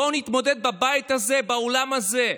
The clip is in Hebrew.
בואו נתמודד בבית הזה, באולם הזה.